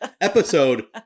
Episode